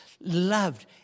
loved